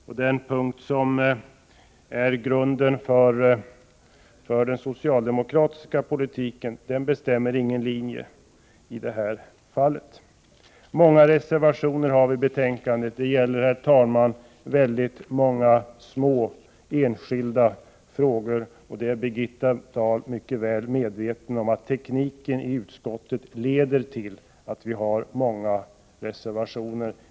Men den punkt som är grunden för den socialdemokratiska politiken bestämmer ingen linje i det här fallet. Många reservationer finns till betänkandet. Det gäller, herr talman, många små enskilda frågor, och Birgitta Dahl är mycket väl medveten om att tekniken i utskottsarbetet leder till många reservationer.